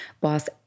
boss